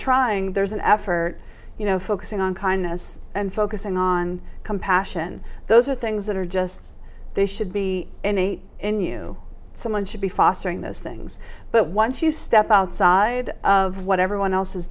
trying there's an effort you know focusing on kindness and focusing on compassion those are things that are just they should be innate in you someone should be fostering those things but once you step outside of what everyone else is